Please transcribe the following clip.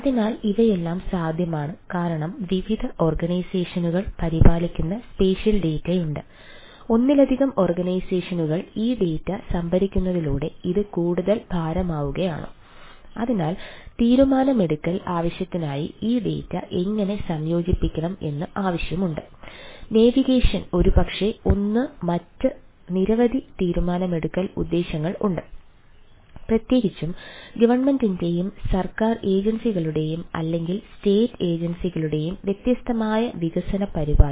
അതിനാൽ ഇവയെല്ലാം സാധ്യമാണ് കാരണം വിവിധ ഓർഗനൈസേഷനുകൾ പരിപാലിക്കുന്ന സ്പേഷ്യൽ ഡാറ്റ അല്ലെങ്കിൽ സ്റ്റേറ്റ് ഏജൻസികളുടെയും വ്യത്യസ്തമായ വികസന പരിപാടി